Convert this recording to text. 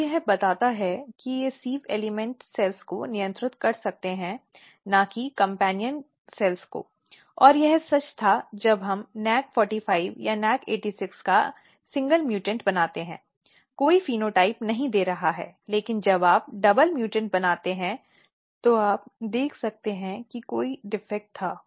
तो यह बताता है कि वे सिव़ एलिमेंट कोशिकाओं को नियंत्रित कर सकते हैं न कि कम्पेन्यन कोशिकाओं को और यह सच था जब हम nac45 या nac86 का एकल म्यूटेंट बनाते हैं कोई फेनोटाइप नहीं दे रहा है लेकिन जब आप डबल म्यूटेंट बनाते हैं तो आप देख सकते हैं कि कोई दोष था